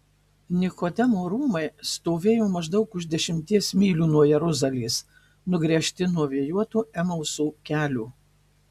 nikodemo rūmai stovėjo maždaug už dešimties mylių nuo jeruzalės nugręžti nuo vėjuoto emauso kelio